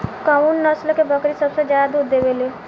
कउन नस्ल के बकरी सबसे ज्यादा दूध देवे लें?